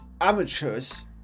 amateurs